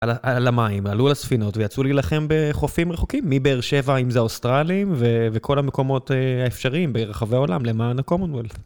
על המים, עלו לספינות, ויצאו להילחם בחופים רחוקים, מבאר שבע, אם זה האוסטרלים, וכל המקומות האפשריים ברחבי העולם למען ה-common wealth.